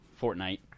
Fortnite